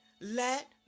Let